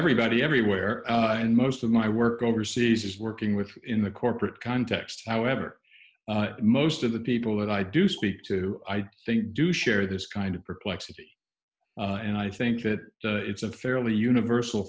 everybody everywhere and most of my work overseas is working with in the corporate context however most of the people that i do speak to i think do share this kind of perplexity and i think that it's a fairly universal